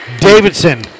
Davidson